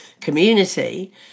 community